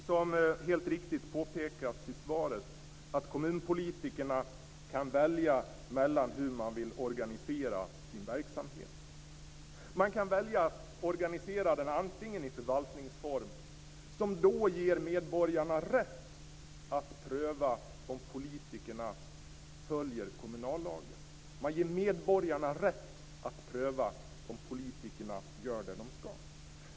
Som helt riktigt påpekades i svaret kan kommunpolitikerna välja hur man vill organisera sin verksamhet. Man kan välja att organisera den i förvaltningsform, som då ger medborgarna rätt att pröva om politikerna följer kommunallagen. Man ger medborgarna rätt att pröva om politikerna gör det de skall.